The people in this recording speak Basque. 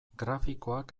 grafikoak